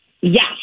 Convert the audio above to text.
Yes